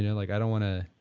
yeah like, i don't want to,